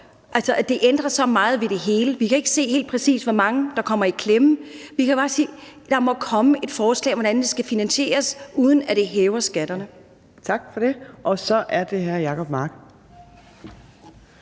altså at det ændrer så meget ved det hele. Vi kan ikke se, helt præcis hvor mange der kommer i klemme. Vi vil bare sige, at der må komme et forslag om, hvordan det skal finansieres, uden at det hæver skatterne. Kl. 12:43 Fjerde næstformand